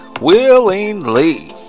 willingly